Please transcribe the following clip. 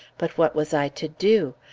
but what was i to do?